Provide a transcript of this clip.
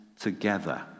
together